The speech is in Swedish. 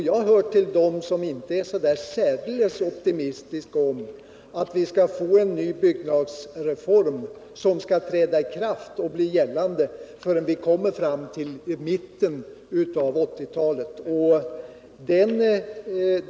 Jag hör till dem som inte är så särdeles optimistiska om att vi kan få en ny bygglagsreform som träder i kraft förrän vi kommer fram till mitten av 1980 talet.